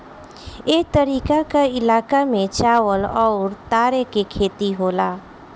ए तरीका के इलाका में चावल अउर तार के खेती होला